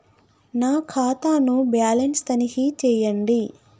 నా ఖాతా ను బ్యాలన్స్ తనిఖీ చేయండి?